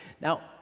Now